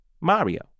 Mario